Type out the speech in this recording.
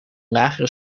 lagere